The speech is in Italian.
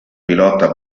pilota